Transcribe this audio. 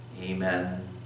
Amen